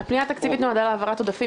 הפנייה התקציבית נועדה להעברת עודפים